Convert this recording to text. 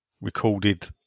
recorded